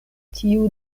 tiu